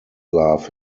love